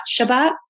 Shabbat